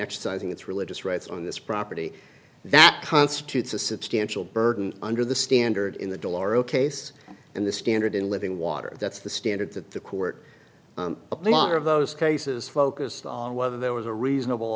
exercising its religious rights on this property that constitutes a substantial burden under the standard in the door ok so in the standard in living water that's the standard that the court a lot of those cases focused on whether there was a reasonable